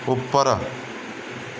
ਉੱਪਰ